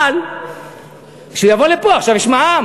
אבל כשהוא יבוא לפה, עכשיו יש מע"מ.